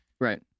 Right